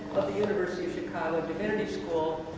of the university of chicago divinity school,